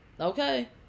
okay